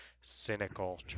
cynical